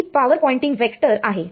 ही power Poynting vector आहे